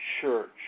Church